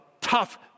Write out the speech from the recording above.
tough